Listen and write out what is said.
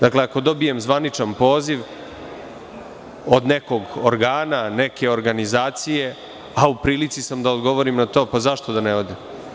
Dakle, ako dobijem zvaničan poziv od nekog organa, neke organizacije, a u prilici sam da odgovorim na to, zašto da ne odem.